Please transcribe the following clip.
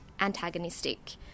antagonistic